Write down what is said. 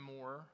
more